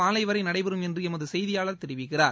மாலை வரை நடைபெறும் என்று எமது செய்தியாளர் தெரிவிக்கிறார்